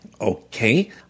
Okay